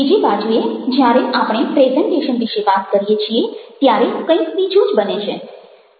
બીજી બાજુએ જ્યારે આપણે પ્રેઝન્ટેશન વિશે વાત કરીએ છીએ ત્યારે કંઈક બીજું જ બને છે